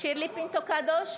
שירלי פינטו קדוש,